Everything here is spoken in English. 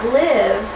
live